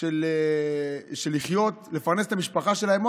של לפרנס את המשפחה שלהם,